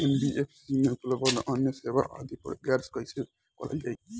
NBFC में उपलब्ध अन्य सेवा आदि पर गौर कइसे करल जाइ?